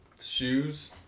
shoes